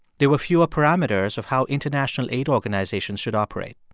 there were fewer parameters of how international aid organizations should operate.